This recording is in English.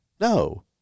No